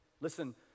Listen